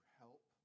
help